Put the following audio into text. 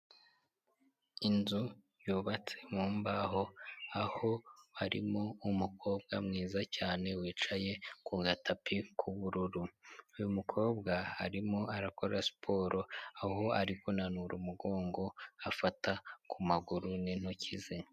Inzu yubatse mu mbaho, aho harimo umukobwa mwiza cyane wicaye ku gatapi k'ubururu, uyu mukobwa arimo arakora siporo aho ari kunanura umugongo afata ku maguru n'intoki ze.